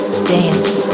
Dance